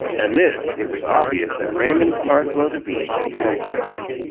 and this it was obvious that raymond parsloe devine had transgressed.